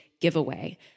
giveaway